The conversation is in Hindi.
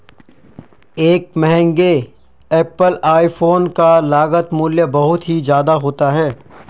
एक महंगे एप्पल आईफोन का लागत मूल्य बहुत ही ज्यादा होता है